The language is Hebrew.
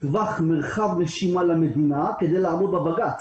טווח מרחב נשימה למדינה כדי לעמוד בהחלטת בג"ץ,